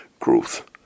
growth